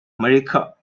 america